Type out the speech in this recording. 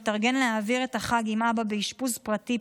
מתארגן להעביר את החג עם אבא באשפוז פרטי.